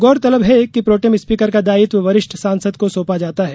गौरतलब है कि प्रोटेम स्पीकर का दायित्व वरिष्ठ सांसद को सौंपा जाता है